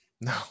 No